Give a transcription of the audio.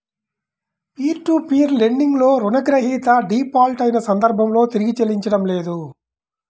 peer to peer lending లో రుణగ్రహీత default అయిన సందర్భంలో తిరిగి చెల్లించడం లేదు